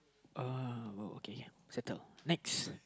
uh okay okay settled next